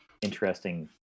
interesting